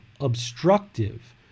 obstructive